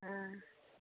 हँ